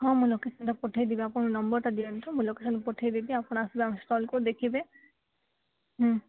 ହଁ ମୁଁ ଲୋକେସନ୍ଟା ପଠେଇ ଦେବି ଆପଣ ନମ୍ବର୍ଟା ଦିଅନ୍ତୁ ମୁଁ ଲୋକେସନ୍ ପଠେଇଦେବି ଆପଣ ଆସିଲେ ଆମ ଷ୍ଟଲ୍କୁ ଦେଖିବେ